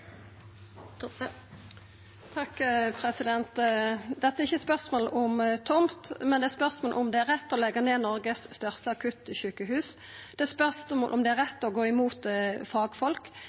Dette er ikkje eit spørsmål om tomt, men om det er rett å leggja ned Noregs største akuttsjukehus, om det er rett å gå imot fagfolk,